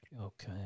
Okay